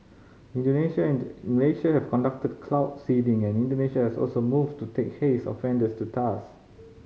Indonesia and Malaysia have conducted cloud seeding and Indonesia has also moved to take haze offenders to task